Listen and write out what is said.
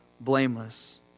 blameless